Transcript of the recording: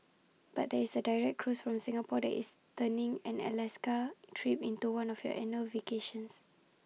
but there is A direct cruise from Singapore that is turning an Alaska trip into one of your annual vacations